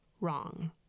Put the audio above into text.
wrong